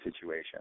situation